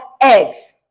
eggs